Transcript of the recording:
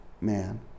man